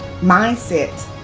mindset